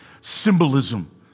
symbolism